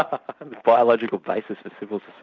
ah and biological basis for civil